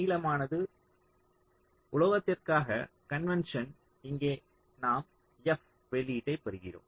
நீலமானது உலோகத்திற்கான கன்வென்ஸன் இங்கே நாம் f வெளியீட்டைப் பெறுகிறோம்